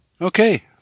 Okay